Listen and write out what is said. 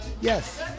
Yes